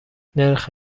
نرخ